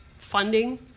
funding